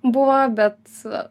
buvo bet